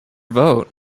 vote